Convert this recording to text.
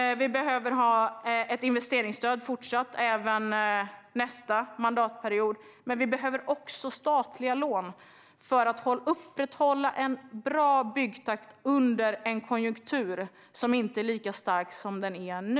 Vi behöver ha ett fortsatt investeringsstöd även nästa mandatperiod. Vi behöver också statliga lån för att upprätthålla en bra byggtakt under en konjunktur som inte är lika stark som den är nu.